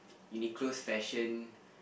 Uniqlo's fashion